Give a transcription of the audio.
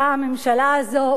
באה הממשלה הזאת,